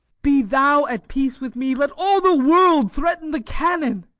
be thou at peace with me, let all the world threaten the cannon.